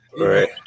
Right